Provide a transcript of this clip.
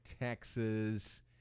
Texas